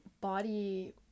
body